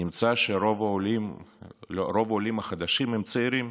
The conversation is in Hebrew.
נמצא שרוב העולים החדשים הם צעירים: